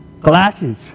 Glasses